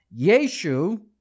Yeshu